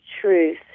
truth